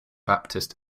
baptist